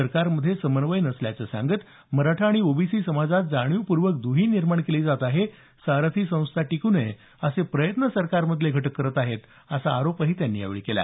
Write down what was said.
सरकार मध्ये समन्वय नसल्याचं सांगत मराठा आणि ओबीसी समाजात जाणीवपूर्वक दुही निर्माण केली जात आहे सारथी संस्था टिकू नये असे प्रयत्न सरकार मधले घटक करत आहेत असा आरोपही त्यांनी केला